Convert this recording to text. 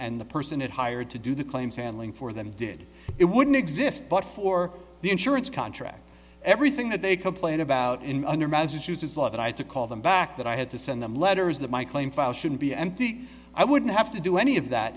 and the person it hired to do the claims handling for them did it wouldn't exist but for the insurance contract everything that they complained about in under massachusetts law that i had to call them back that i had to send them letters that my claim file should be empty i wouldn't have to do any of that